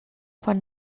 quan